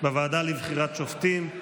בוועדה לבחירת שופטים,